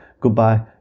goodbye